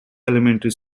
elementary